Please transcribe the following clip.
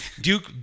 Duke